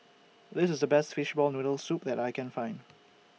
This IS The Best Fishball Noodle Soup that I Can Find